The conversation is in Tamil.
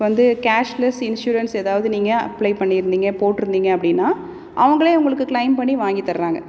இப்போ வந்து கேஸ்லெஸ் இன்சூரன்ஸ் எதாவது நீங்கள் அப்ளை பண்ணிருந்திங்க போட்டுருந்திங்க அப்படின்னா அவங்களே உங்களுக்கு கிளைம் பண்ணி வாங்கி தர்றாங்க